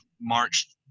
March